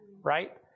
Right